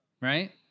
right